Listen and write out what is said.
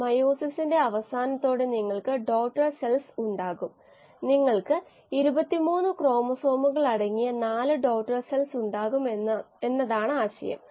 dynamic സിസ്റ്റങ്ങൾ engineering സിസ്റ്റങ്ങൾ തുടങ്ങിയവയുമായി ഇടപെടുമ്പോൾ നാം എടുക്കേണ്ട തീരുമാനങ്ങൾക്ക് അൽപ്പം ആശയക്കുഴപ്പമുണ്ടാക്കുന്ന അളവുകളും മറ്റും നമ്മൾ പരിഗണിക്കുന്നില്ല